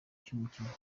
cy’umukinnyi